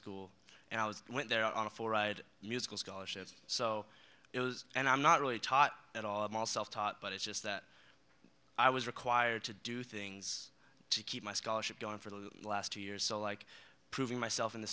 school and i was went there on a full ride musical scholarship so it was and i'm not really taught at all i'm all self taught but it's just that i was required to do things to keep my scholarship going for the last two years so like proving myself in the